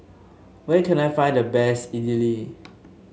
where can I find the best Idili